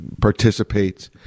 participates